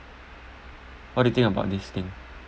what do you think about this thing